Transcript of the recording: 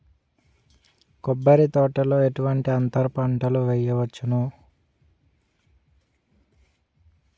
కొబ్బరి తోటలో ఎటువంటి అంతర పంటలు వేయవచ్చును?